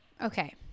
Okay